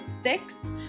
six